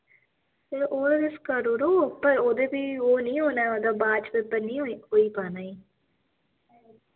चलो उ'आं तुस करूड़ो पर ओह्दे फ्ही ओह् नी होना ऐ ओह्दा बाद च पेपर नी होई होई पाना ई